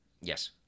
Yes